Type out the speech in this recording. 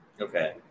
Okay